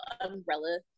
umbrella